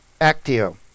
actio